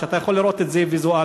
אתה יכול לראות את זה ויזואלית,